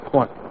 one